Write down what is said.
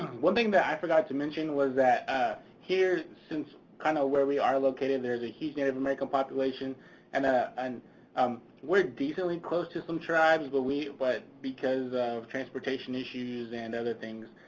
one thing that i forgot to mention was that here, since kind of where we are located, there is a huge native american population and ah and um we're decently close to some tribes, but we, but because of transportation issues and other things,